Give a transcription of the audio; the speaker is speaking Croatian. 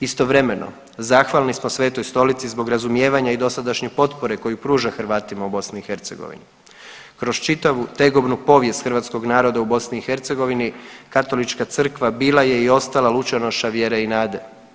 Istovremeno zahvalni smo Svetoj Stolici zbog razumijevanja i dosadašnje potpore koju pruža Hrvatima u BiH, kroz čitavu tegovnu povijest hrvatskog naroda u BiH Katolička Crkva bila je i ostala lučonoša vjere i nade.